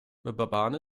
mbabane